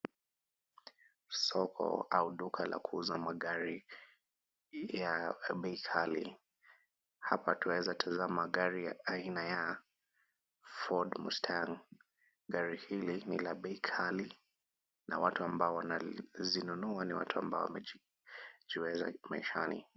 Soko au duka la kuuza magari ya bei ghali. Hapa twaweza tazama gari aina ya Ford Mustang. Gari hili ni la bei kali na watu ambao wanazinunua ni watu ambao wamejiweza maishani.